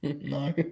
No